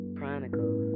Chronicles